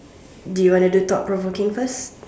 do you want to do thought provoking first